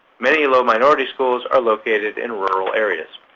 many low-minority schools are located in rural areas.